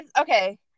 okay